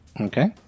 Okay